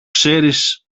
ξέρεις